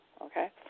Okay